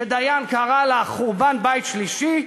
שדיין קרא לה "חורבן בית שלישי",